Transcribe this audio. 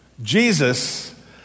Jesus